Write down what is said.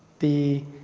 the